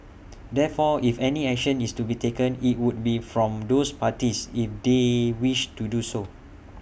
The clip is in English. therefore if any action is to be taken IT would be from those parties if they wish to do so